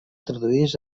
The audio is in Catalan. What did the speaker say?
traduïdes